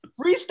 Freestyle